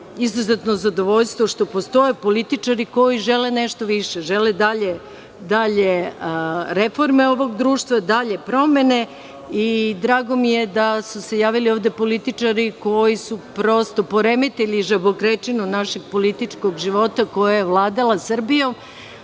izuzetno zadovoljstvo što postoje političari koji žele nešto više, žele dalje reforme ovog društva, dalje promene. Drago mi je da su se javili političari koji su prosto poremetili žabokrečinu našeg političkog života koja je vladala Srbijom,